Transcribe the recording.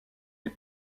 les